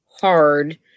hard